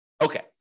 Okay